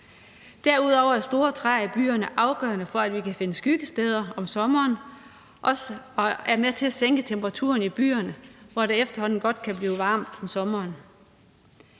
Derudover er store træer i byerne afgørende for, at vi kan finde skyggesteder om sommeren, og er også med til at sænke temperaturen i byerne, hvor det efterhånden godt kan blive varmt om sommeren.